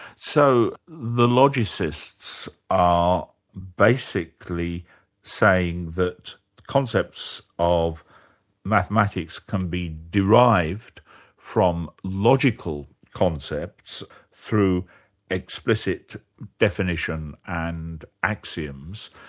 so the logicists are basically saying that concepts of mathematics can be derived from logical concepts through explicit definition and axioms.